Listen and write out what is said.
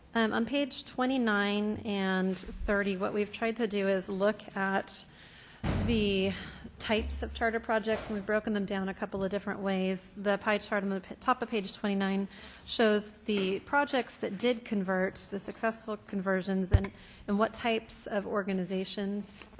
um on page twenty nine and thirty, what we've tried to do is look at the types of charter projects, and we've broken them down a couple of different ways. the pie chart on the top of page twenty nine shows the projects that did convert, the successful conversions, and and what types of organizations